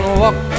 walk